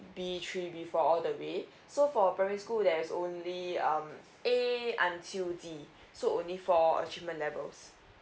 B three B four all the way so for primary school there's only um A until D so only four achievement levels